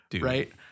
right